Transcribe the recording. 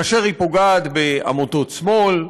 כאשר היא פוגעת בעמותות שמאל.